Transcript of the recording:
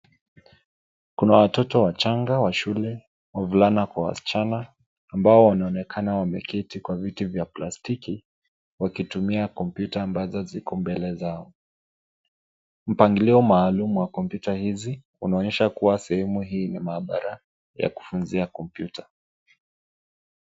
Kuna watoto wachanga wa shule wavulana kwa wasichana ambayo wanaonekana wameketi kwa viti vya plastiki wakitumia kompyuta ambazo ziko mbele zao, mpangilio maalum wa kompyuta hizi unaonyesha kuwa sehemu hii ni maabara ya kufunzia kompyuta.